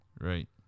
Right